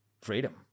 Freedom